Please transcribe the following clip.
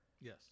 Yes